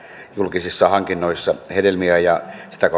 julkisissa hankinnoissa hedelmiä ja